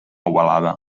ovalada